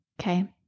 Okay